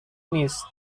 نیست